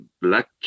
black